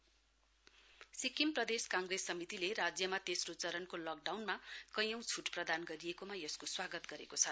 SPCC Sikkim प्रदेश कांग्रेस समितिले राज्यमा तेस्रो चरणको लकडाउनमा कयौं छुट प्रदान गरिएकोमा यसको स्वागत गरेको छ